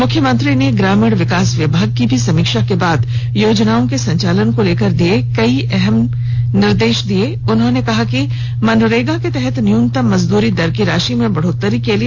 मुख्यमंत्री ने ग्रामीण विकास विभाग की भी समीक्षा के बाद योजनाओं के संचालन को लेकर दिए कई अहम निर्देश दिए उन्होंने कहा कि मनरेगा के तहत न्यूनतम मजदूरी दर की राशि में बढ़ोत्तरी के लिए पहल होगी